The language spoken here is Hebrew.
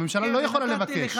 הממשלה לא יכולה לבקש.